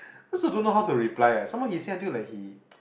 also don't know how to reply leh some more he say until like he